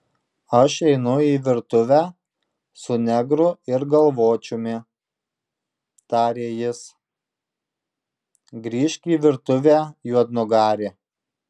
aš einu į virtuvę su negru ir galvočiumi tarė jis grįžk į virtuvę juodnugari